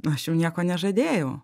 aš jum nieko nežadėjau